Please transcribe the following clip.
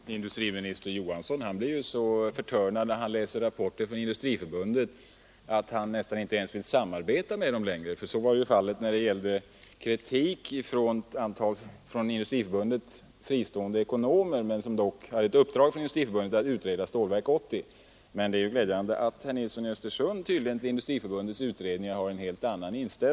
Herr talman! Industriminister Johansson blir så förtörnad när han läser rapporter från Industriförbundet att han nästan inte ens vill samarbeta med Industriförbundet längre! Så var ju fallet när det gällde kritik från ett antal ekonomer, visserligen från Industriförbundet fristående men dock av förbundet engagerade att utreda Stålverk 80. Det är glädjande att herr Nilsson i Östersund tydligen har en helt annan inställning till Industriförbundets utredningar.